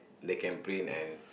they can print and